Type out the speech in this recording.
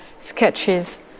sketches